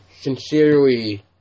sincerely